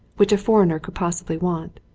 which a foreigner could possibly want.